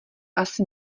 asi